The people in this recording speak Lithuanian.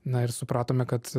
na ir supratome kad